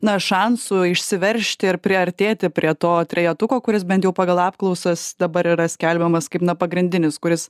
na šansų išsiveržti ir priartėti prie to trejetuko kuris bent jau pagal apklausas dabar yra skelbiamas kaip pagrindinis kuris